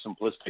simplistic